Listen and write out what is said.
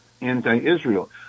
anti-Israel